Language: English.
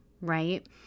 right